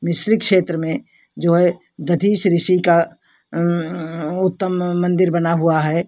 मिश्रिक क्षेत्र में जो है दधीचि ऋषि का उत्तम मन्दिर बना हुआ है